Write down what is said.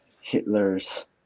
Hitler's